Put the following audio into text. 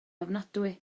ofnadwy